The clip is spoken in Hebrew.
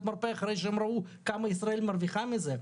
מרפא אחרי שהם ראו כמה ישראל מרוויחה בזה.